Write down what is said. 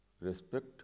respect